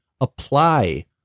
apply